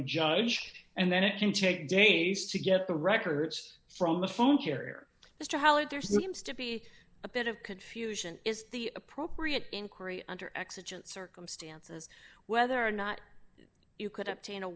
a judge and then it can take days to get the records from the phone carrier mr hallett there seems to be a bit of confusion is the appropriate inquiry under exigent circumstances whether or not you could obtain a